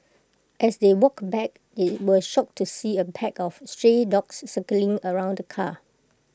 as they walked back they were shocked to see A pack of stray dogs circling around the car